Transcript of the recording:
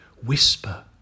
Whisper